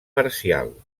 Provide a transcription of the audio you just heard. parcial